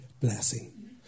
blessing